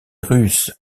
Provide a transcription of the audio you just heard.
russes